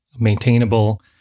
maintainable